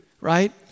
right